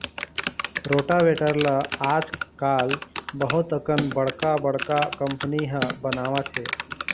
rotavator ल आजकाल बहुत अकन बड़का बड़का कंपनी ह बनावत हे